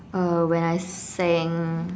uh when I sang